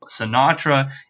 Sinatra